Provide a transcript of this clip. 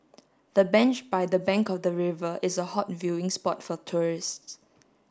the bench by the bank of the river is a hot viewing spot for tourists